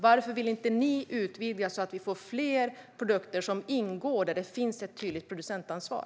Varför vill ni inte utvidga så att det blir fler produkter som omfattas av ett tydligt producentansvar?